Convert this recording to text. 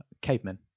cavemen